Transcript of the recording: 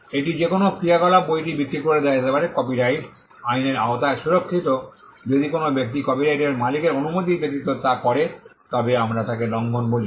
এটি যে কোনও ক্রিয়াকলাপ বইটি বিক্রি করে দেওয়া যেতে পারে কপিরাইট আইনের আওতায় সুরক্ষিত যদি কোনও ব্যক্তি কপিরাইটের মালিকের অনুমতি ব্যতীত তা করে তবে আমরা তাকে লঙ্ঘন বলি